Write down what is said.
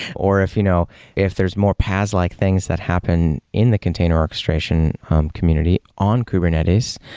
or if you know if there's more paas like things that happen in the container orchestration community on kubernetes,